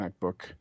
MacBook